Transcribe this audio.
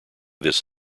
this